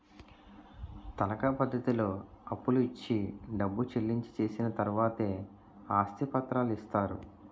తనకా పద్ధతిలో అప్పులు ఇచ్చి డబ్బు చెల్లించి చేసిన తర్వాతే ఆస్తి పత్రాలు ఇస్తారు